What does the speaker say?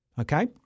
Okay